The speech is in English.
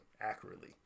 accurately